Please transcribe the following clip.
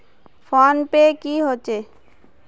Phone पै की होचे?